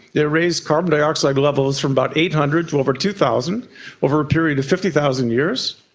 it raised carbon dioxide levels from about eight hundred to over two thousand over a period of fifty thousand years,